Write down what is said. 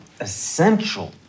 essential